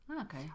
okay